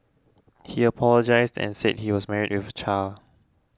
he apologised and said he was married with a child